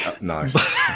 Nice